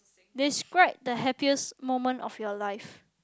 describe the happiest moment of your life